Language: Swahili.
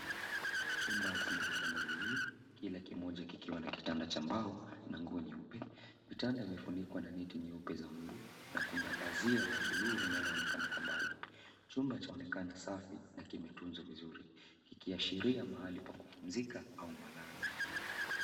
Chumba chenye vitanda viwili. Kila kimoja kikiwa na kitanda cha mbao na nguo nyeupe. Vitanda vimefunikwa na neti nyeupe za mbu na kuna pazia la buluu linaloonekana kwa mbali. Chumba chaonekana safi na kimetunzwa vizuri kikiashiria mahali pa kupumzika au malazi.